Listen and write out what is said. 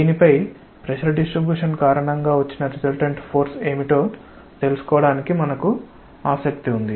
దీనిపై pressure distribution కారణంగా వచ్చిన రిసల్టెంట్ ఫోర్స్ ఏమిటో తెలుసుకోవడానికి మీకు ఆసక్తి ఉంది